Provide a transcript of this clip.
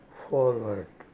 forward